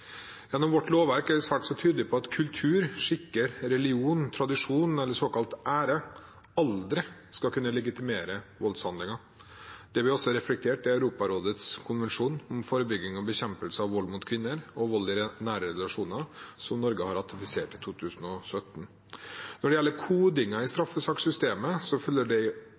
Gjennom vårt lovverk er vi svært tydelig på at kultur, skikker, religion, tradisjon eller såkalt ære aldri skal kunne legitimere voldshandlinger. Det blir også reflektert i Europarådets konvensjon om forebygging og bekjempelse av vold mot kvinner og vold i nære relasjoner, som Norge har ratifisert i 2017. Når det gjelder kodingen, også dagens koding, i straffesaksystemet, følger det i